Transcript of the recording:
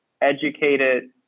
educated